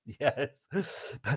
Yes